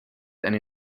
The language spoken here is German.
eine